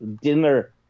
dinner